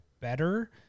better